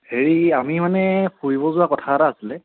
হেৰি আমি মানে ফুৰিব যোৱা কথা এটা আছিলে